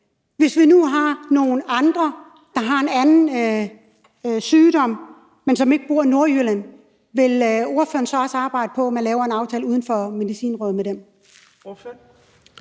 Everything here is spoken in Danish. Hvis vi nu har nogle andre, der har en anden sygdom, men som ikke bor i Nordjylland, vil ordføreren så også arbejde på, at man laver en aftale uden for Medicinrådet for dem?